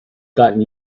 gotten